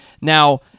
Now